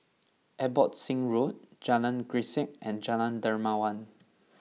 Abbotsingh Road Jalan Grisek and Jalan Dermawan